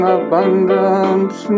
abundance